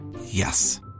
Yes